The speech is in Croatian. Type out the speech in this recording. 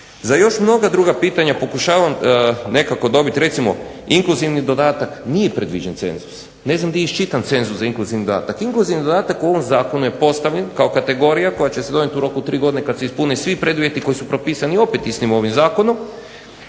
Za još mnoga druga pitanja pokušavam nekako dobiti, recimo inkluzivni dodatak nije predviđen cenzus. Ne znam di je iščitan cenzus za inkluzivni dodatak. Inkluzivni dodatak u ovom zakonu je postavljen kao kategorija koja će se donijeti u roku od 3 godine kad se ispune svi preduvjeti koji su prepisani opet istim ovim zakonom, koji